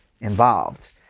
involved